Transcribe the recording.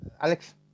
Alex